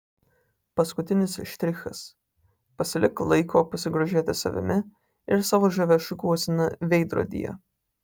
paskutinis štrichas pasilik laiko pasigrožėti savimi ir savo žavia šukuosena veidrodyje